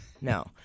No